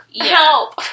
Help